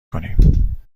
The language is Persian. کنیم